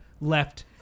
left